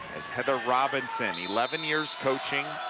as heather robinson, eleven years coaching,